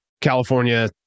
California